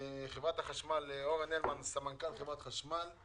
לחברת החשמל, לאורן הלמן, סמנכ"ל חברת חשמל.